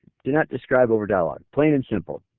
do not describe over dialogue, plain and simple.